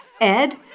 Ed